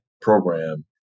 program